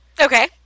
Okay